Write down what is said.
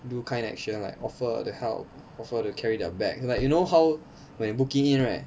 do kind action like offer to help offer to carry their bag like you know how when booking in right